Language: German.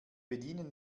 bedienen